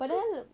kau